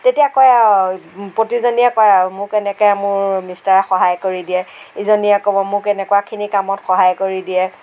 তেতিয়া কয় আৰু প্ৰতিজনীয়ে কয় আৰু মোক এনেকে মোৰ মিষ্টাৰে সহায় কৰি দিয়ে ইজনীয়ে ক'ব মোক এনেকুৱাখিনি কামত সহায় কৰি দিয়ে